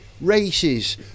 races